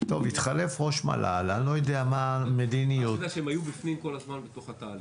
אני יודע שהם היו בפנים כל הזמן בתוך התהליך.